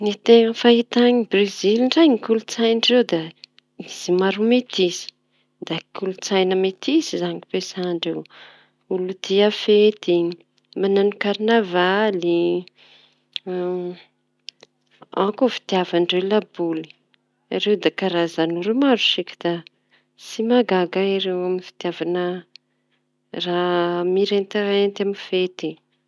Ny teña fahita Brezil ndraiky ny kolontsai da maro metisy da kolontsai metisy izañy ao koa ao koa fitiavandreo laboly. Ireo da karaza olo maro da tsy mahagaga ireo amy fitiava fety.